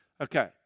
Okay